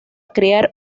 crear